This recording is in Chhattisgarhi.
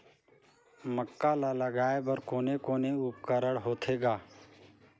मक्का ला लगाय बर कोने कोने उपकरण होथे ग?